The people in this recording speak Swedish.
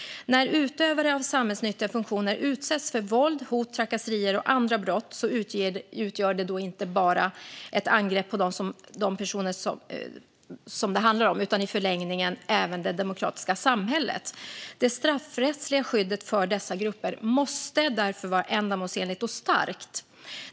När utövare av samhällsnyttiga funktioner utsätts för våld, hot, trakasserier och andra brott utgör det inte bara ett angrepp på de personerna utan i förlängningen även på det demokratiska samhället. Det straffrättsliga skyddet för dessa grupper måste därför vara ändamålsenligt och starkt.